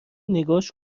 نگاش